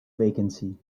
vacancy